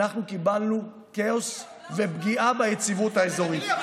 אנחנו קיבלנו כאוס ופגיעה ביציבות האזורית.